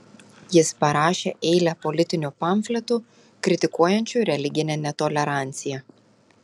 jis parašė eilę politinių pamfletų kritikuojančių religinę netoleranciją